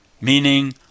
meaning